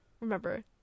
Remember